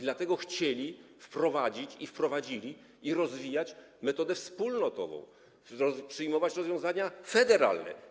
Dlatego ojcowie chcieli wprowadzić - i wprowadzili - oraz rozwijać metodę wspólnotową, przyjmować rozwiązania federalne.